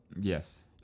Yes